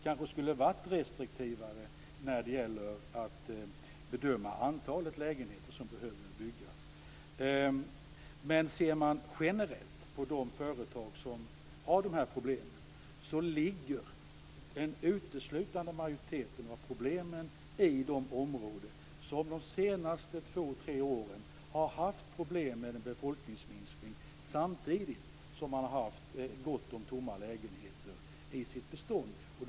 Man skulle kanske ha varit restriktivare när det gäller att bedöma hur stort antal lägenheter som behöver byggas. Men ser man generellt på de företag som har dessa problem ser man att majoriteten av problemen finns i de områden som de senaste två tre åren har haft en befolkningsminskning, samtidigt som det har funnits gott om tomma lägenheter i beståndet.